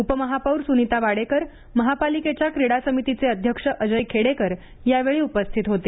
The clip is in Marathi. उपमहापौर सुनिता वाडेकर महानगरपालिकेच्या क्रीडा समितीचे अध्यक्ष अजय खेडेकर यावेळी उपस्थित होते